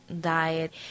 diet